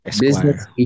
Business